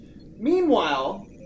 Meanwhile